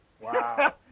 Wow